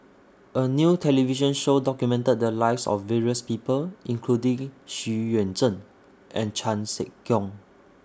A New television Show documented The Lives of various People including Xu Yuan Zhen and Chan Sek Keong